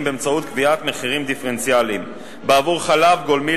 באמצעות קביעת מחירים דיפרנציאליים בעבור חלב גולמי